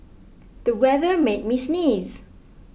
the weather made me sneeze